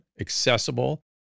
accessible